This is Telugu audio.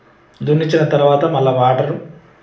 దున్నించిన తరవాత మళ్ళా వాటరు